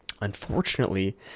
Unfortunately